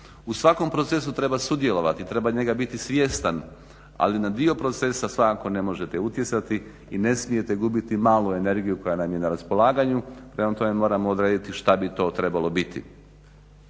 U svakom procesu treba sudjelovati, treba njega biti svjestan, ali na dio procesa svakako ne možete utjecati i ne smijete gubiti malu energiju koja nam je na raspolaganju, prema tome trebamo odrediti šta bi to trebalo biti.